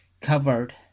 covered